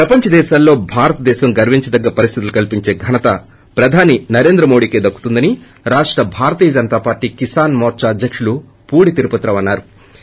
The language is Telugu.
ప్రపంచదేశాల్లో భారతదేశం గర్వించదగ్గ పరిస్లితులు కల్పించే ఘనత ప్రధానమంత్రి నరేంద్ర మోడీకే దక్కుతుందని రాష్ట భారతీయ జనతాపార్టీ కిసాన్ మోర్చా అధ్యకుడు పూడి తిరుపతి రావు అన్నా రు